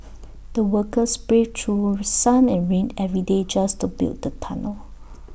the workers braved through sun and rain every day just to build the tunnel